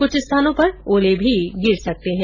कुछ स्थानों पर ओले भी गिर सकते है